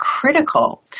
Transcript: critical